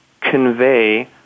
convey